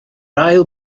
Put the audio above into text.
ail